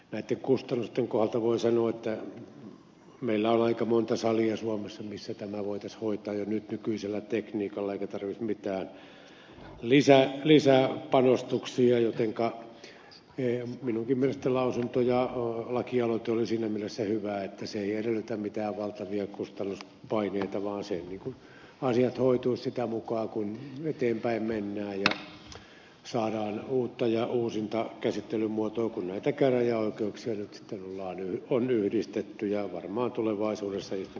näitten kustannusten kohdalta voin sanoa että meillä on aika monta salia suomessa missä tämä voitaisiin hoitaa jo nyt nykyisellä tekniikalla eikä tarvitsisi mitään lisäpanostuksia jotenka minunkin mielestäni lausunto ja lakialoite oli siinä mielessä hyvä että se ei edellytä mitään valtavia kustannuspaineita vaan asiat hoituisivat sitä mukaa kun eteenpäin mennään ja saadaan uutta ja uusinta käsittelymuotoa kun näitä käräjäoikeuksia nyt sitten on yhdistetty ja varmaan tulevaisuudessa istuntopaikkojen määrä vähenee